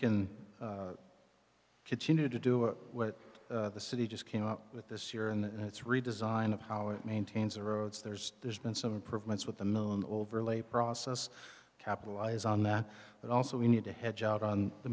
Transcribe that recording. can continue to do it what the city just came up with this year and it's redesign of how it maintains the roads there's there's been some improvements with the moon overlay process capitalize on that but also we need to hedge out on the